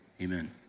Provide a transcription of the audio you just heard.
amen